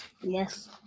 Yes